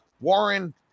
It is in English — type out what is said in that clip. warren